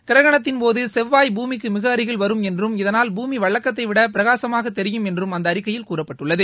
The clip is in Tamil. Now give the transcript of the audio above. கிரகணத்தின் போது செவ்வாய் பூமிக்கு மிக அருகில் வரும் என்றும் இதனால் பூமி வழக்கத்தைவிட பிரகாசமாக தெரியும் என்று அந்த அறிக்கையில் கூறப்பட்டுள்ளது